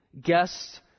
guests